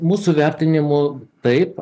mūsų vertinimu taip